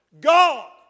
God